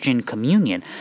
communion